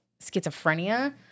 schizophrenia